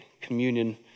communion